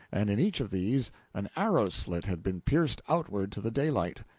and in each of these an arrow-slit had been pierced outward to the daylight,